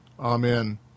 Amen